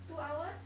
two hours